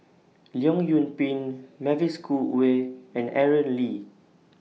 Leong Yoon Pin Mavis Khoo Oei and Aaron Lee